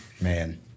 Man